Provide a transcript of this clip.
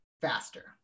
faster